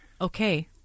Okay